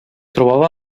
trobava